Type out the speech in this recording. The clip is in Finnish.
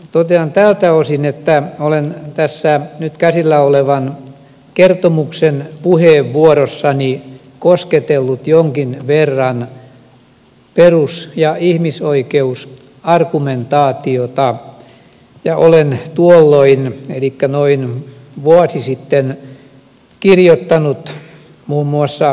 totean tältä osin että olen tässä nyt käsillä olevan kertomuksen puheenvuorossani kosketellut jonkin verran perus ja ihmisoikeusargumentaatiota ja olen tuolloin elikkä noin vuosi sitten kirjoittanut muun muassa näin